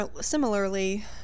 similarly